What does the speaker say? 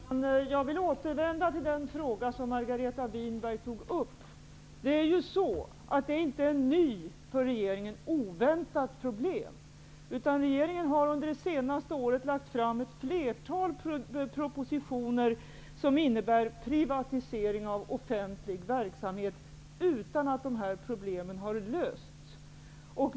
Herr talman! Jag vill återvända till den fråga som Margareta Winberg tog upp. Det är inte ett för regeringen nytt och oväntat problem, utan regeringen har under det senaste året lagt fram ett flertal propositioner som innebär privatisering av offentlig verksamhet utan att problemen med rättssäkerheten har lösts.